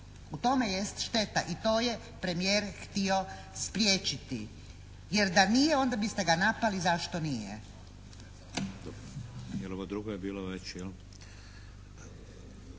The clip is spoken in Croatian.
U tome jest šteta i to je premijer htio spriječiti jer da nije onda biste ga napali zašto nije.